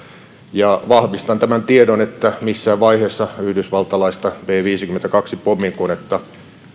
ja vahvistan tämän tiedon että missään vaiheessa yhdysvaltalaista b viisikymmentäkaksi pommikonetta